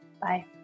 Bye